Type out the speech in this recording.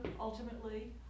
ultimately